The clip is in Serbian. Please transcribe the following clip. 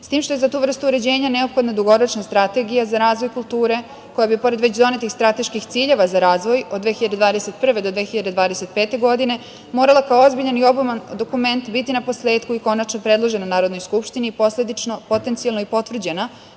s tim što tu vrstu uređenja neophodna dugoročna strategija za razvoj kulture koja bi pored već donetih strateških ciljeva za razvoj od 2021. godine do 2025. godine morala kao ozbiljan i obiman dokument biti naposletku i konačno predložena Narodnoj Skupštini, posledično, potencijalno i potvrđena,